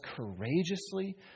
courageously